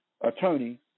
attorney